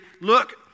look